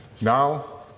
Now